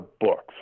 books